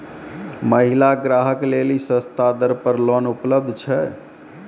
महिला ग्राहक लेली सस्ता दर पर लोन उपलब्ध छै?